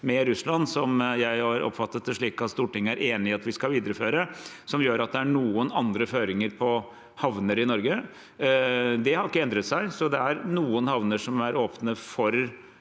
med Russland, som jeg har oppfattet det slik at Stortinget er enig i at vi skal videreføre. Det gjør at det er noen andre føringer for havner i Norge. Det har ikke endret seg, så det er noen havner som er åpne av